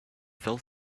fell